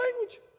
language